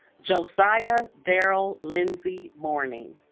josiah darrel linzy morning